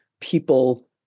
people